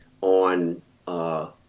on